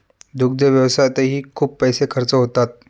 दुग्ध व्यवसायातही खूप पैसे खर्च होतात